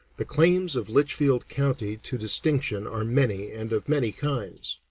the claims of litchfield county to distinction are many and of many kinds.